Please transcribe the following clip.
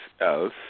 else